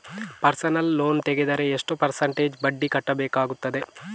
Personal loan ತೆಗೆದರೆ ಎಷ್ಟು percentage ಬಡ್ಡಿ ಕಟ್ಟಬೇಕಾಗುತ್ತದೆ?